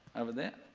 over there.